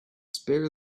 spare